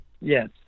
Yes